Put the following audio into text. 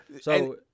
So-